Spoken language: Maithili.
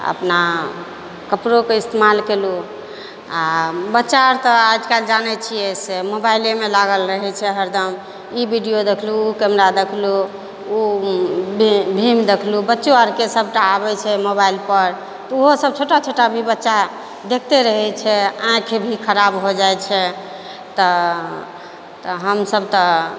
अपना कपड़ोके इस्तेमाल कयलहुँ आओर बच्चा अर तऽ आज कल जानै छियै से मोबाइलेमे लागल रहै छै हरदम ई वीडियो देखलहुँ उ कैमरा देखलहुँ ओ भीम देखलहुँ बच्चो आरके सबटा आबै छै मोबाइलपर उहो सब छोटा छोटा भी बच्चा देखते रहै छै आँखि भी खराब होइ जाइ छै तऽ हमसब तऽ